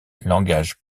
langage